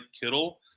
Kittle